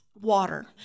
water